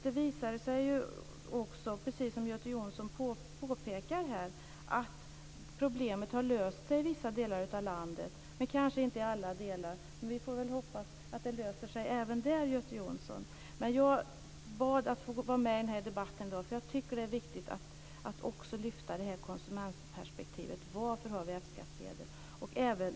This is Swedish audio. Det visade sig ju också, precis som Göte Jonsson påpekar, att problemet har löst sig i vissa delar av landet, men kanske inte i alla delar. Vi får väl hoppas att det löser sig även där, Göte Jonsson. Jag bad att få vara med i den här debatten i dag, eftersom jag tycker att det är viktigt att också lyfta fram konsumentperspektivet om varför vi har F skattsedel.